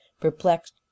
perplexed